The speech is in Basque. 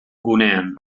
gunean